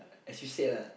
as you said lah